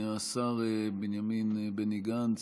השר בני גנץ,